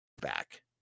back